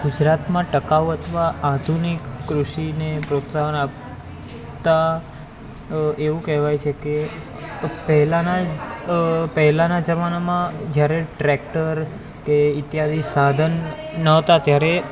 ગુજરાતમાં ટકાઉ અથવા આધુનિક કૃષિને પ્રોત્સાહન આપતા એવું કહેવાય છે કે પહેલાંના પહેલાંના જમાનામાં જ્યારે ટ્રેકટર કે ઇત્યાદિ સાધન નહોતાં ત્યારે